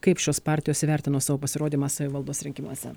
kaip šios partijos įvertino savo pasirodymą savivaldos rinkimuose